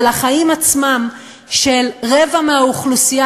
אבל החיים עצמם של רבע מהאוכלוסייה,